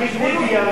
תגיד "ליביה".